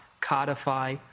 codify